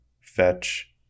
fetch